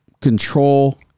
control